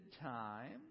time